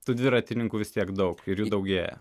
tų dviratininkų vis tiek daug ir jų daugėja